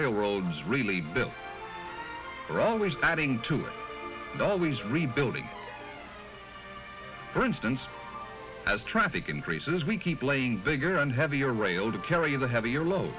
railroad is really built for always adding to the always rebuilding for instance as traffic increases we keep playing bigger and heavier rail to carry the heavier lo